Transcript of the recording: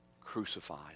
crucified